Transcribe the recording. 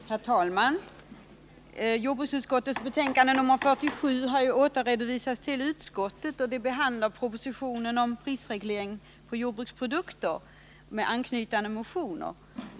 Herr talman! Jordbruksutskottets betänkande 47 har ju återförvisats till utskottet. Det behandlar propositionen om prisreglering på jordbruksprodukter samt anknytande motioner.